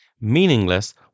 meaningless